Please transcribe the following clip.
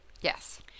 Yes